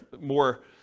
more